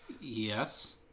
Yes